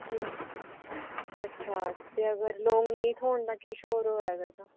अच्छा ते अगर लौंग निं थ्होन तां किश होर होऐ अगर तां